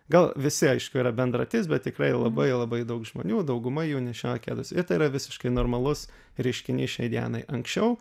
gal visi aišku yra bendratis bet tikrai labai labai daug žmonių dauguma jų nešioja kedus ir tai yra visiškai normalus reiškinys šiai dienai anksčiau